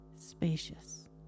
spacious